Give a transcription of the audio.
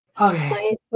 Okay